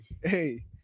Hey